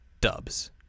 dubs